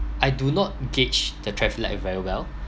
I do not gauge the traffic light very well